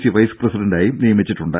C വൈസ്പ്രസിഡണ്ടായും നിയമിച്ചിട്ടുണ്ട്